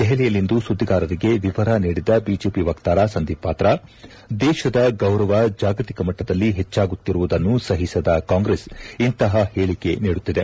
ದೆಹಲಿಯಲ್ಲಿಂದು ಸುದ್ದಿಗಾರರಿಗೆ ವಿವರ ನೀಡಿದ ಬಿಜೆಪಿ ವಕ್ತಾರ ಸಂದೀಪ್ ಪಾತ್ರ ದೇಶದ ಗೌರವ ಜಾಗತಿಕ ಮಟ್ಟದಲ್ಲಿ ಹೆಚ್ಚಾಗುತ್ತಿರುವುದನ್ನು ಸಹಿಸದ ಕಾಂಗ್ರೆಸ್ ಇಂತಹ ಹೇಳಿಕೆ ನೀಡುತ್ತಿದೆ